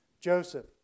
Joseph